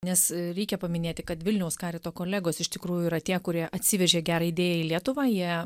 nes reikia paminėti kad vilniaus karito kolegos iš tikrųjų yra tie kurie atsivežė gerą idėją į lietuvą jie